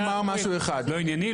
לא ענייני,